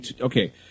Okay